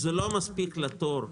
זה לא מספיק לתור,